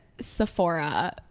Sephora